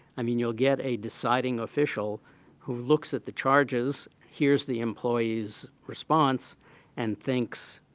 i mean, you'll get a deciding official who looks at the charges, hears the employees response and thinks,